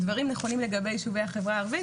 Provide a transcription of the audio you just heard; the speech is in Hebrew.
הדברים נכונים לגבי יישובי החברה הערבית,